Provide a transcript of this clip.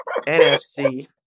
NFC